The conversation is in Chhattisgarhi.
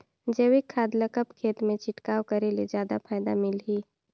जैविक खाद ल कब खेत मे छिड़काव करे ले जादा फायदा मिलही?